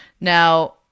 Now